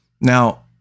Now